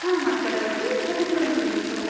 ହଁ ମାର୍କେଟ ଅଛି ଗୋଟେ କିଲୋ ମିଟର ହୋଇଯିବ ଅଛି